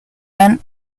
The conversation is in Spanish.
han